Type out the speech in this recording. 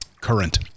current